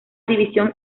división